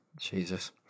Jesus